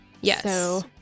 Yes